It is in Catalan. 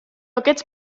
aquests